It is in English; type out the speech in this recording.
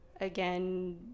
again